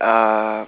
uh